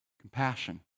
compassion